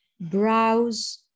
browse